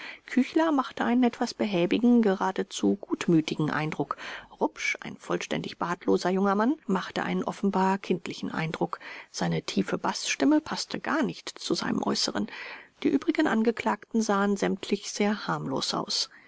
küchler machte einen etwas behäbigen geradezu gutmütigen eindruck rupsch ein vollständig bartloser junger mann machte einen offenbar kindlichen eindruck seine tiefe baßstimme paßte gar nicht zu seinem äußeren die übrigen angeklagten sahen sämtlich sehr harmlos aus